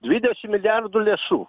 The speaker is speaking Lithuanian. dvidešim milijardų lėšų